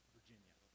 Virginia